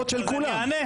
באופוזיציה --- יואב,